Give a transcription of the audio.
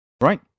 Right